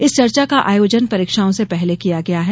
इस चर्चा का आयोजन परीक्षाओं से पहले किया गया है